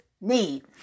need